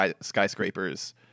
skyscrapers